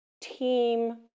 team